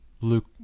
Luke